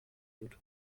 wird